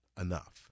enough